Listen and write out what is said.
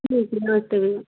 ठीक है मैं रखती हूँ